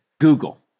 Google